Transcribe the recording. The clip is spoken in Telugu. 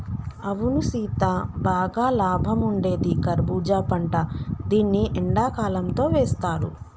అవును సీత బాగా లాభం ఉండేది కర్బూజా పంట దీన్ని ఎండకాలంతో వేస్తారు